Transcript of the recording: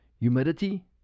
humidity